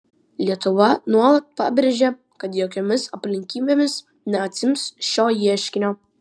lietuva nuolat pabrėžia kad jokiomis aplinkybėmis neatsiims šio ieškinio